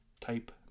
type